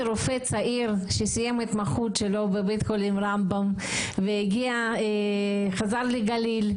רופא צעיר שסיים את ההתמחות שלו בבית חולים רמב"ם וחזר לגליל.